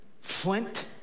Flint